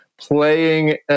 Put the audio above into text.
Playing